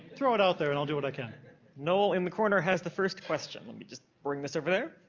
throw it out there and i'll do what i can. matt noel, in the corner, has the first question. let me just bring this over there.